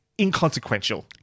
inconsequential